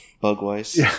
bug-wise